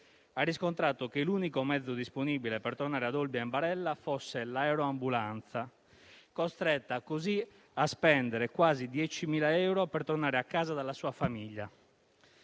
ha riscontrato che l'unico mezzo disponibile per tornare ad Olbia in barella fosse la aeroambulanza. È stata così costretta a spendere quasi 10.000 euro per tornare a casa dalla sua famiglia.